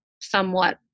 somewhat